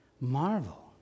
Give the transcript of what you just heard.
marvel